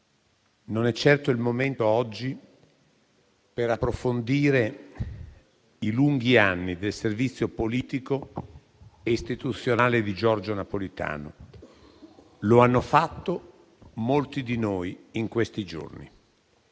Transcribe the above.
non è certo il momento oggi per approfondire i lunghi anni del servizio politico e istituzionale di Giorgio Napolitano. Lo hanno fatto molti di noi in questi giorni.